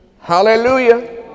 hallelujah